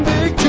Big